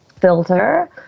filter